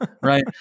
right